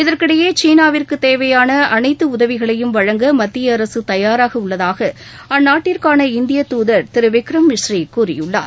இதற்கிடையே சீனாவிற்கு தேவையான அளைத்து உதவிகளையும் வழங்க மத்திய அரசு தயாராக உள்ளதாக அந்நாட்டிற்கான இந்திய தூதர் திரு விக்ரம் மிஸ்ரி கூறியுள்ளார்